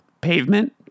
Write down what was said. Pavement